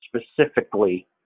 specifically